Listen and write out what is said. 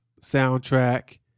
soundtrack